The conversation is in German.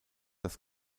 das